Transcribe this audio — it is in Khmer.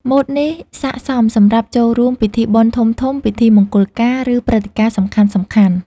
ម៉ូតនេះស័ក្តិសមសម្រាប់ចូលរួមពិធីបុណ្យធំៗ ពិធីមង្គលការ ឬព្រឹត្តិការណ៍សំខាន់ៗ។